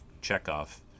Chekhov